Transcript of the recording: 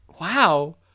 Wow